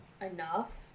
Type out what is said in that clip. enough